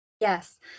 yes